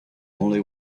only